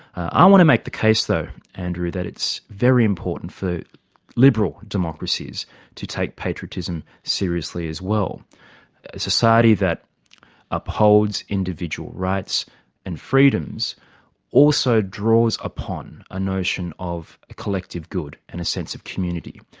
i want to make the case though, andrew, that it's very important for liberal democracies to take patriotism seriously as well. a society that upholds individual rights and freedoms also draws upon a notion of a collective good and a sense of community.